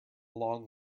long